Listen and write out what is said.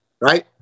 right